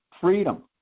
freedom